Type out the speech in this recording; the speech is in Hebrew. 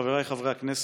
חבריי חברי הכנסת,